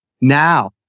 Now